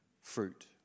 fruit